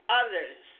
others